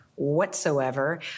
whatsoever